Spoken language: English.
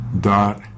dot